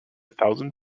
thousand